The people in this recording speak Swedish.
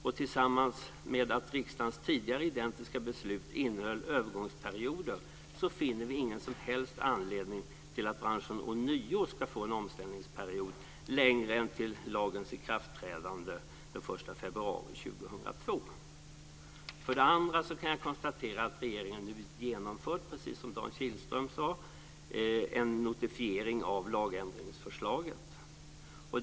I och med att riksdagens tidigare identiska beslut innehöll övergångsperioder finner vi ingen som helst anledning till att branschen ånyo ska få en omställningsperiod längre än till lagens ikraftträdande den 1 För det andra kan jag konstatera att regeringen nu genomfört, precis som Dan Kilström sade, en notifiering av lagändringsförslaget.